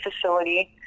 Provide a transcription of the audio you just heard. facility